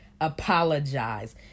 apologize